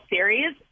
Series